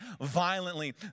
violently